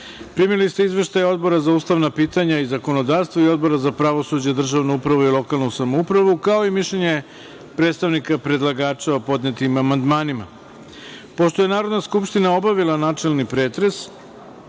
ste izveštaj Odbora za ustavna pitanja i zakonodavstvo i Odbora za pravosuđe, državnu upravu i lokalnu samoupravu, kao i mišljenje predstavnika predlagača o podnetim amandmanima. Pošto je Narodna skupština obavila načelni pretres,